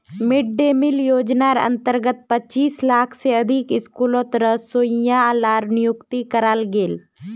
mid day meal योज्नार अंतर्गत पच्चीस लाख से अधिक स्कूलोत रोसोइया लार नियुक्ति कराल गेल